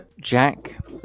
Jack